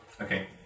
Okay